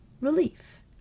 relief